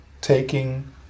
taking